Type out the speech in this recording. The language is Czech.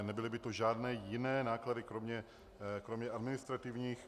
Nebyly by to žádné jiné náklady kromě administrativních.